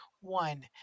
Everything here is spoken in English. One